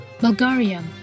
Bulgarian